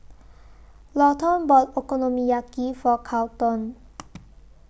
Lawton bought Okonomiyaki For Carlton